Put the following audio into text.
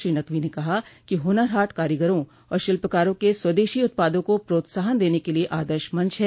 श्री नक़वी ने कहा कि हुनर हाट कारीगरों और शिल्पकारों के स्वदेशी उत्पादों को प्रोत्साहन देने के लिये आदर्श मंच है